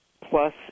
Plus